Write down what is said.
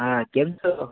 હા કેમ છો